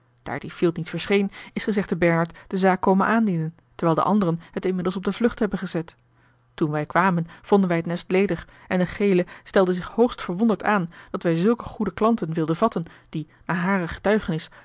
daar die fielt niet verscheen is gezegde bernard de zaak komen aandienen terwijl de anderen het inmiddels op de vlucht hebben gezet toen wij kwamen vonden wij het nest ledig en de gele stelde zich hoogst verwonderd aan dat wij zulke goede klanten wilden vatten die naar hare getuigenis